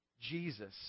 Jesus